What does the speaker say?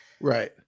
Right